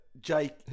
Jake